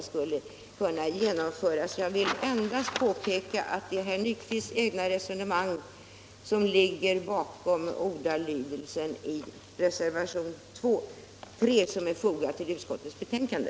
Jag vill endast påpeka att det är herr Nyquists cgna resonemang som ligger bakom ordalydelsen i reservationen 2, som är fogad till utskottets betänkande.